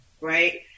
right